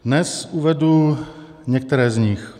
Dnes uvedu některé z nich.